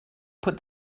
put